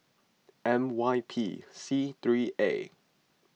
M Y P C three A